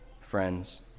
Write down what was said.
friends